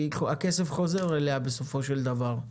שהכסף חוזר אליה בסופו של דבר,